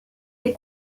des